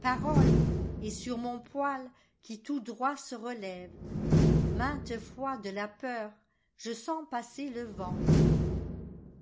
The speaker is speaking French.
parole et sur mon poil qui tout droit se relèvemainte fois de la peur je sens passer le vent